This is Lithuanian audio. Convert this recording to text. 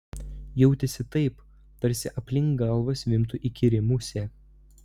jautėsi taip tarsi aplink galvą zvimbtų įkyri musė